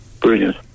Brilliant